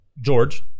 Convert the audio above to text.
George